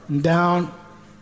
Down